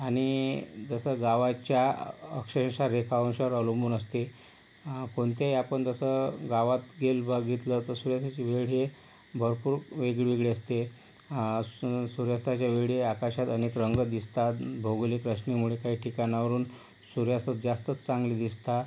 आणि जसं गावाच्या अक्षांश रेखांशावर अवलंबून असते कोणत्याही आपण जसं गावात हे बघितलं तर सूर्यास्ताची वेळ ही भरपूर वेगळीवेगळी असते सूर्यास्ताच्यावेळी आकाशात अनेक रंग दिसतात भौगोलिक रचनेमुळे काही ठिकाणावरून सूर्यास्त जास्तच चांगले दिसतात